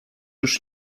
już